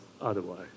otherwise